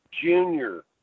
junior